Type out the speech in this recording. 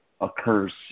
Occurs